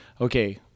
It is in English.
okay